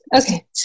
Okay